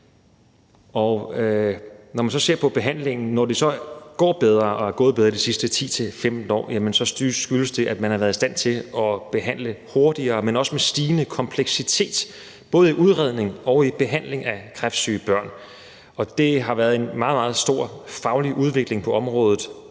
hos børn med kræft. Når det så går bedre og er gået bedre de sidste 10-15 år, skyldes det, at man har været i stand til at behandle hurtigere, men også med stigende kompleksitet, både i udredning og i behandling af kræftsyge børn, og det har været en meget, meget stor faglig udvikling på området.